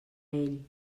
ell